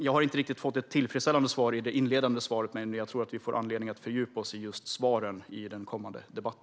Jag har inte riktigt fått tillfredsställande svar i ministerns inledande svar. Men jag tror att vi får anledning att fördjupa oss i det i denna debatt.